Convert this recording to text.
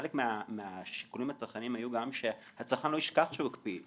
חלק מהשיקולים הצרכניים היו גם שהצרכן לא ישכח שהוא הקפיא,